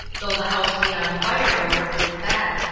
though the house be on fire over his head.